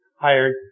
hired